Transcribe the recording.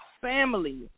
family